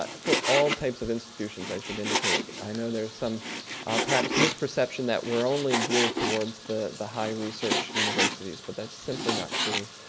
but for all types of institutions, i should indicate. i know there is some perhaps misperception that we're only geared towards the the high research universities, but that's simply not true.